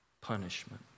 punishment